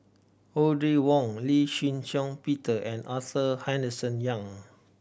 Audrey Wong Lee Shih Shiong Peter and Arthur Henderson Young